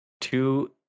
Two